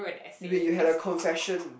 wait you had a confession